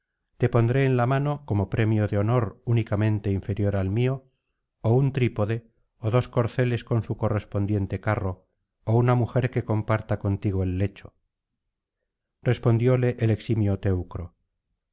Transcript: te pondré en la mano como premio de honor únicamente inferior al mío ó un trípode ó dos corceles con su correspondiente carro ó una mujer que comparta contigo el lecho respondióle el eximio